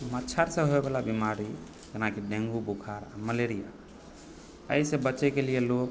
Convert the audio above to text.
मच्छरसँ होय वाला बीमारी जेनाकि डेंगू बोखार आ मलेरिया एहिसे बचेके लिए लोग